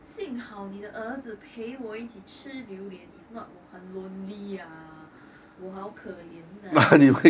幸好你的儿子陪我一起吃榴莲 if not 我很 lonely ah 我好可怜 ah